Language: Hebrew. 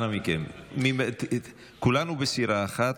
אנא מכם, כולנו בסירה אחת.